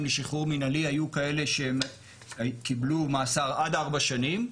לשחרור מנהלי היו כאלה שקיבלו מאסר עד ארבע שנים.